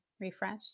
refresh